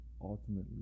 ultimately